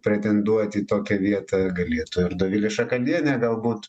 pretenduoti į tokią vietą galėtų ir dovilė šakalienė galbūt